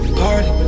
party